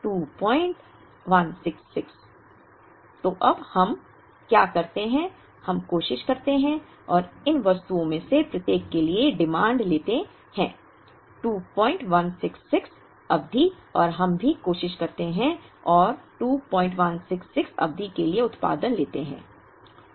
तो अब हम क्या करते हैं हम कोशिश करते हैं और इन वस्तुओं में से प्रत्येक के लिए डिमांड लेते हैं 2166 अवधि और हम भी कोशिश करते हैं और 2166 अवधि के लिए उत्पादन लेते हैं